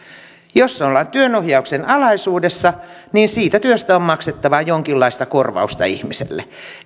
jos ollaan työnohjauksen alaisuudessa niin siitä työstä on maksettava jonkinlaista korvausta ihmiselle